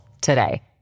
today